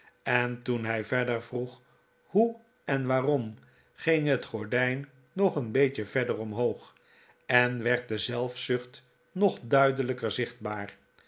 en toen hij verder vroeg hoe en waarom ging het gordijn nog een beetje verder omhoog en werd de zelfzucht nog duidelijker zichtbaar